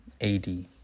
AD